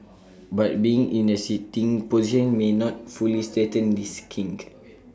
but being in A sitting position may not fully straighten this kink